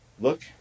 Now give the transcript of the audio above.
look